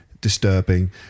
disturbing